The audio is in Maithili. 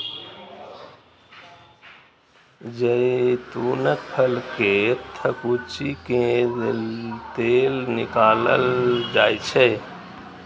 जैतूनक फल कें थकुचि कें तेल निकालल जाइ छै